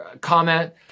comment